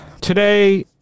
today